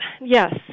yes